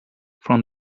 from